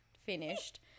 finished